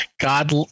God